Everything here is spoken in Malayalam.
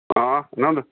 ആ എന്നാ ഉണ്ട്